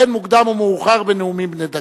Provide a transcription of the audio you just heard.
ואין מוקדם ומאוחר בנאומים בני דקה.